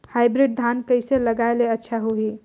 Hybrid धान कइसे लगाय ले अच्छा होही?